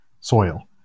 soil